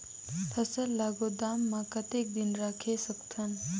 फसल ला गोदाम मां कतेक दिन रखे सकथन?